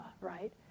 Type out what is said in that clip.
right